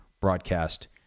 broadcast